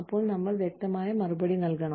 അപ്പോൾ നമ്മൾ വ്യക്തമായ മറുപടി നൽകണം